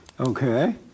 Okay